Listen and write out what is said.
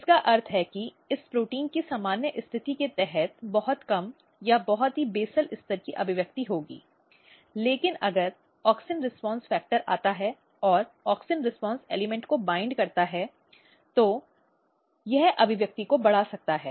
जिसका अर्थ है कि इस प्रोटीन की सामान्य स्थिति के तहत बहुत कम या बहुत ही बेसल स्तर की अभिव्यक्ति होगी लेकिन अगर ऑक्सिन रीस्पॉन्स फ़ैक्टर आता है और ऑक्सिन रीस्पॉन्स एलिमेंट को वाइंड करता है तो यह अभिव्यक्ति को बढ़ा सकता है